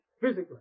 physically